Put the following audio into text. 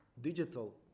digital